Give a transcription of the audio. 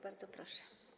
Bardzo proszę.